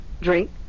Drink